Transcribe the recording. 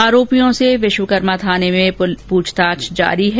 आरोपियों से विश्वकर्मा पुलिस थाने में पुछताछ जारी है